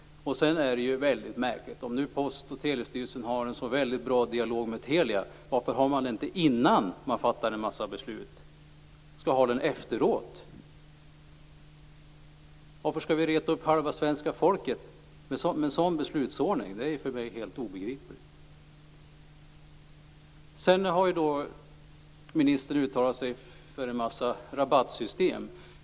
Om Post och telestyrelsen har en så väldigt bra dialog med Telia, varför för man då inte en dialog innan man fattar en mängd beslut utan skall ha dialogen efteråt? Varför skall man reta upp halva svenska folket med en sådan beslutsordning? Det är för mig helt obegripligt. Ministern har uttalat sig för en mängd rabattsystem.